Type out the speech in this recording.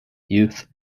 youth